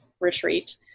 retreat